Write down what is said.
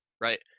right